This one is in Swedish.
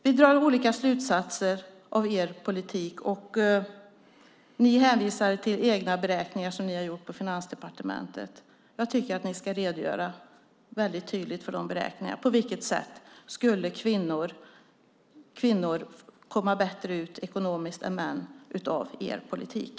Vi drar olika slutsatser av er politik. Ni hänvisar till egna beräkningar som ni har gjort på Finansdepartementet. Jag tycker att ni ska redogöra väldigt tydligt för de beräkningarna. På vilket sätt skulle kvinnor komma bättre ut ekonomiskt än män av er politik?